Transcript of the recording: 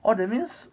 what that means